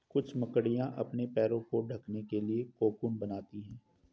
कुछ मकड़ियाँ अपने पैरों को ढकने के लिए कोकून बनाती हैं